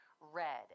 Red